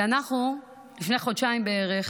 כי לפני חודשיים בערך,